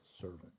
servant